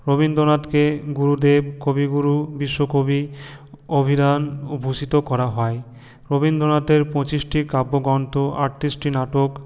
রবীন্দ্রনাথকে গুরুদেব কবিগুরু বিশ্বকবি অভিধান ও ভূষিত করা হয় রবীন্দ্রনাথের পঁচিশটি কাব্যগ্রন্থ আটতিরিশটি নাটক